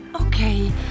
Okay